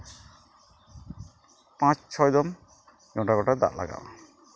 ᱯᱟᱸᱪ ᱪᱷᱚ ᱡᱚᱱ ᱱᱚᱰᱮ ᱴᱳᱴᱟᱞ ᱫᱟᱜ ᱞᱟᱜᱟᱣᱟᱜᱼᱟ